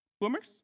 boomers